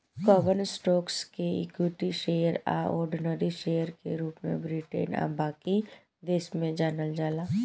कवन स्टॉक्स के equity share आ ऑर्डिनरी शेयर के रूप में ब्रिटेन आ बाकी देश में जानल जाला